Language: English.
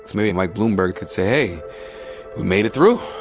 maybe mike bloomberg could say, hey, we made it through.